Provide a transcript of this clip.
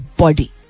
body